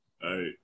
Hey